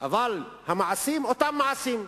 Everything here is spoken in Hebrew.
אבל המעשים אותם מעשים.